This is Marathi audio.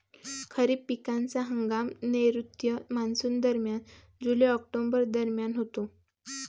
खरीप पिकांचा हंगाम नैऋत्य मॉन्सूनदरम्यान जुलै ऑक्टोबर दरम्यान होतो